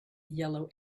yellow